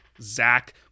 Zach